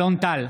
אלון טל,